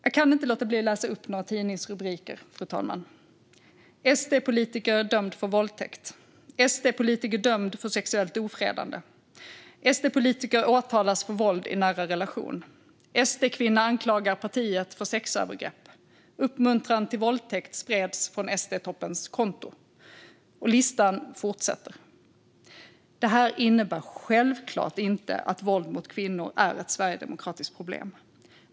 Jag kan inte låta bli att läsa upp några tidningsrubriker: SD-politiker dömd för våldtäkt, SD-politiker dömd för sexuellt ofredande, SD-politiker åtalas för våld i nära relation, SD-kvinna anklagar partiet för sexövergrepp, Uppmuntran till våldtäkt spreds från SD-toppens konto - och listan fortsätter. Detta innebär självklart inte att våld mot kvinnor är ett sverigedemokratiskt problem.